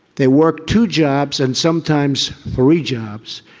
they work two jobs and sometimes three jobs.